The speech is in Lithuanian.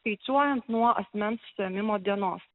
skaičiuojant nuo asmens suėmimo dienos